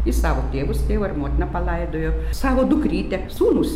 jis savo tėvus tėvą ir motiną palaidojo savo dukrytę sūnus